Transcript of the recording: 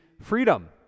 freedom